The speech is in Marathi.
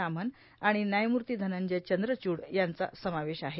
रामन आणि व्यायमूर्ती धनंजय चंद्रचूड यांचा समावेश आहे